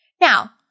Now